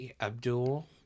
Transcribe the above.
Abdul